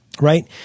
right